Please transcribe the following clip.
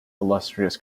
illustrious